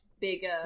bigger